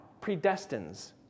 predestines